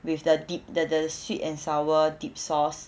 with the dip the the sweet and sour dip sauce